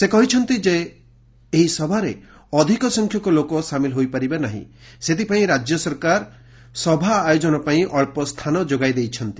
ସେ କହିଛନ୍ତି ଯେଭଳି ଏହି ସଭାରେ ଅଧିକ ସଂଖ୍ୟକ ଲୋକ ସାମିଲ ହୋଇପାରିବେ ନାହିଁ ସେଥିପାଇଁ ରାଜ୍ୟ ସରକାର ସଭା ଆୟୋକନ ପାଇଁ ଅଳ୍ପ ସ୍ଥାନ ଯୋଗାଇ ଦେଇଛନ୍ତି